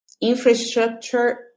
infrastructure